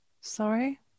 sorry